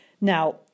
Now